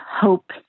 hope